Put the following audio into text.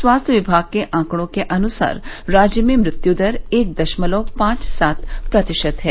स्वास्थ्य विभाग के आंकड़ों के अनुसार राज्य में मृत्यु दर एक दशमलव पांच सात प्रतिशत है